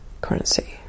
currency